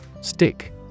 Stick